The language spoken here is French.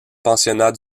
pensionnat